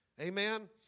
Amen